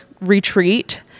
retreat